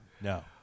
No